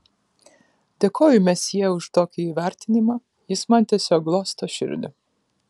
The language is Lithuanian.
dėkoju mesjė už tokį įvertinimą jis man tiesiog glosto širdį